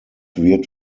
wird